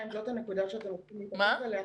אם אלה הנקודות שאתם רוצים לשאול עליהן.